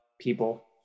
people